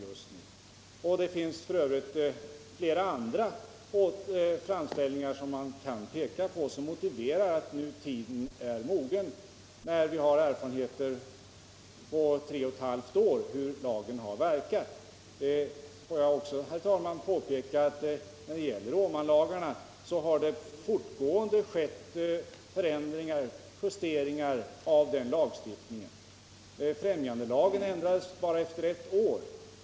— Nr 33 Det finns för övrigt flera andra framställningar som man kan peka på Onsdagen den och som visar att tiden nu är mogen att göra denna utredning. Vi har 23 november 1977 nu erfarenheter från tre och ett halvt år av hur lagen verkat. oo Jag vill också påpeka, herr talman, att det när det gäller Åmanlagarna = Anställningsskydd, har skett en fortgående justering av den lagstiftningen. Förtroende = m.m. mannalagen ändrades efter bara ett år.